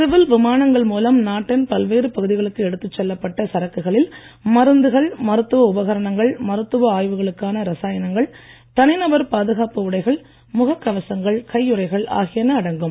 civil விமானங்கள் மூலம் நாட்டின் பல்வேறு பகுதிகளுக்கு எடுத்துச் செல்லப்பட்ட சரக்குகளில் மருந்துகள் மருத்துவ உபகரணங்கள் மருத்துவ ஆய்வுகளுக்கான ரசாயனங்கள் தனிநபர் பாதுகாப்பு உடைகள் முகக் கவசங்கள் கையுறைகள் ஆகியன அடங்கும்